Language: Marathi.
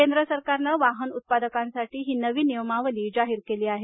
केंद्र सरकारनं वाहन उत्पादकांसाठी ही नवीन नियमावली तयार केली आहे